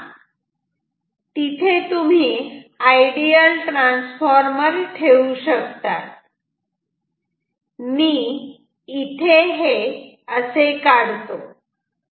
आता तिथे तुम्ही आयडियल ट्रान्सफॉर्मर ठेवू शकतात मी इथे हे असे काढतो